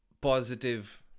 positive